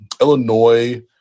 Illinois